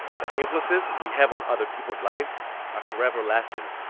the influences we have on other people's lives are forever lasting,